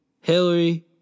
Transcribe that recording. Hillary